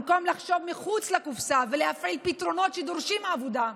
במקום לחשוב מחוץ לקופסה ולהפעיל פתרונות שדורשים עבודה.